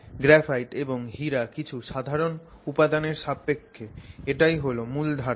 graphite এবং হীরার কিছু সাধারণ উপাদানের সাপেক্ষে এটাই হল মুল ধারণা